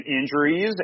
injuries